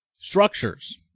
Structures